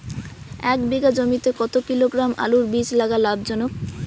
এক বিঘা জমিতে কতো কিলোগ্রাম আলুর বীজ লাগা লাভজনক?